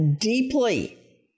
deeply